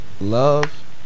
love